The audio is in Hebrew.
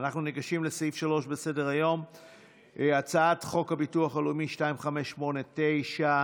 אנחנו ניגשים להצעה של חבר הכנסת מיקי מכלוף זוהר,